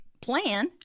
plan